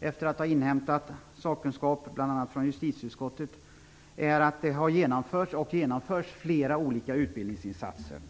efter att ha inhämtat sakkunskap bl.a. från justitieutskottet, att det har genomförts och genomförs flera olika utbildningsinsatser.